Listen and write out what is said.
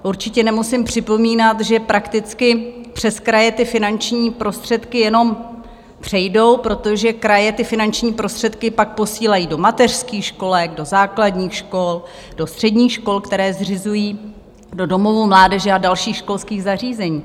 Určitě nemusím připomínat, že prakticky přes kraje ty finanční prostředky jenom přejdou, protože kraje ty finanční prostředky pak posílají do mateřských školek, do základních škol, do středních škol, které zřizují, do domovů mládeže a dalších školských zařízení.